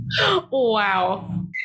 Wow